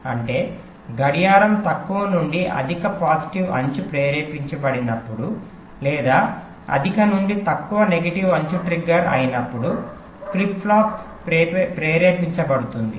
అంటే గడియారం తక్కువ నుండి అధిక పాజిటివ్ అంచు ప్రేరేపించబడినప్పుడు లేదా అధిక నుండి తక్కువ నెగిటివ్ అంచు ట్రిగ్గర్ అయినప్పుడు ఫ్లిప్ ఫ్లాప్ ప్రేరేపించబడుతుంది